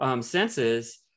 senses